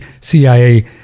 CIA